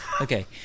Okay